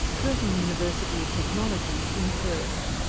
curtin university of technology in perth.